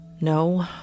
No